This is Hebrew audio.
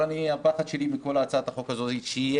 אבל הפחד שלי בכל הצעת החוק הזאת שיהיה